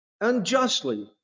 unjustly